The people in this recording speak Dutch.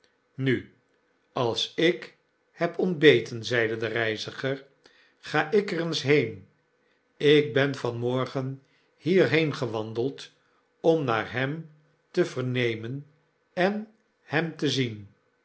nu als ik heb ontbeten zeide de reiziger ga ik er eens heen ik ben van morgen hierheen gewandeld om naar hem te vernemen en hem te zien